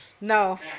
No